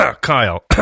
Kyle